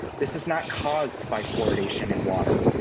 this is not caused by fluoridation in water.